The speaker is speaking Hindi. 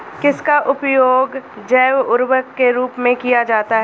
किसका उपयोग जैव उर्वरक के रूप में किया जाता है?